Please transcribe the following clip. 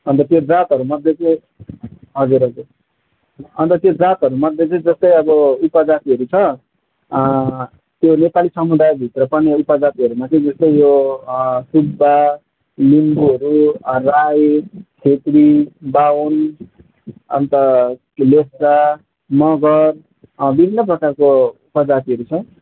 अन्त त्यो जातहरूमध्ये चाहिँ हजुर हजुर अन्त त्यो जातहरूमध्ये चाहिँ जस्तै अब उपजातिहरू छ त्यो नेपाली समुदायभित्र पनि उपजातिहरूमा चाहिँ जस्तै यो सुब्बा लिम्बूहरू राई छेत्री बाहुन अन्त लेप्चा मगर विभिन्न प्रकारको उपजातिहरू छ